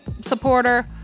supporter